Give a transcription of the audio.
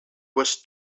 was